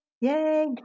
Yay